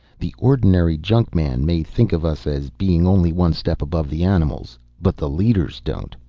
the ordinary junkman may think of us as being only one step above the animals, but the leaders don't.